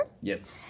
Yes